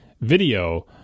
video